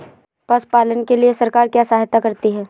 पशु पालन के लिए सरकार क्या सहायता करती है?